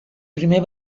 primer